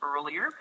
earlier